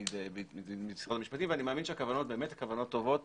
ידי משרד המשפטים ואני אמין שהכוונות הן כוונות טובות